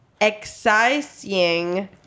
excising